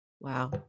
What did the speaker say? Wow